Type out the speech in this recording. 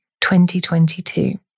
2022